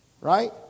Right